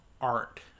art